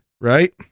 Right